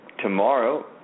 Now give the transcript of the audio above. tomorrow